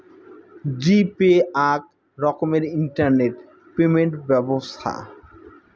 জি Pay আক রকমের internet payment ব্যবছ্থা